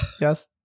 yes